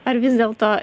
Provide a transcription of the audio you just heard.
ar vis dėlto